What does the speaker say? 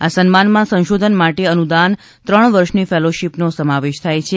આ સન્માનમાં સંશોધન માટે અનુદાન ત્રણ વર્ષની ફેલોશીપનો સમાવેશ થાય છે